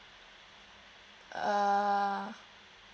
uh